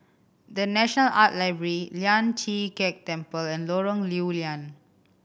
The National Art Gallery Lian Chee Kek Temple and Lorong Lew Lian